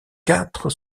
quatre